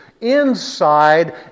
inside